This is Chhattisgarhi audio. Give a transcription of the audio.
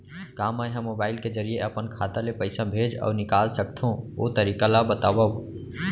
का मै ह मोबाइल के जरिए अपन खाता ले पइसा भेज अऊ निकाल सकथों, ओ तरीका ला बतावव?